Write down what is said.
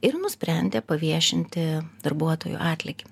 ir nusprendė paviešinti darbuotojų atlygį